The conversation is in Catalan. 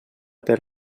per